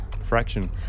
Fraction